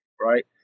Right